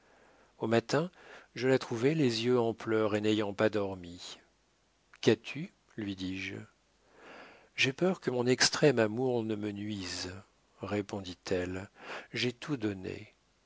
au matin je la trouvai les yeux en pleurs et n'ayant pas dormi qu'as-tu lui dis-je j'ai peur que mon extrême amour ne me nuise répondit-elle j'ai tout donné